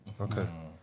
Okay